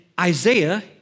Isaiah